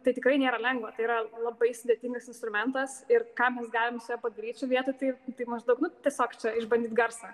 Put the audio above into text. tai tikrai nėra lengva tai yra labai sudėtingas instrumentas ir ką mes galim su juo padaryt šioj vietoj tai tai maždaug nu tiesiog čia išbandyt garsą